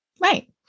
Right